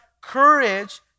courage